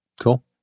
cool